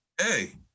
Hey